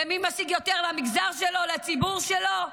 במי משיג יותר למגזר שלו, לציבור שלו,